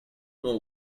know